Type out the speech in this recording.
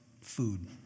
food